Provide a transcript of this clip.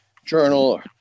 Journal